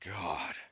God